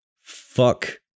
fuck